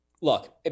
look